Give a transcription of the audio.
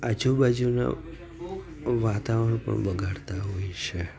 આજુબાજુનાં વાતાવરણ પણ બગાડતા હોય છે